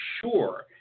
sure